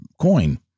coin